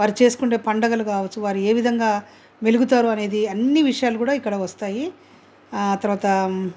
వాళ్ళు చేసుకునే పండగలు కావచ్చు వారి ఏ విధంగా వెలుగుతారో అనేది అన్ని విషయాలు కూడా ఇక్కడ వస్తాయి ఆ తర్వాత